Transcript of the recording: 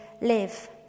live